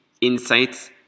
insights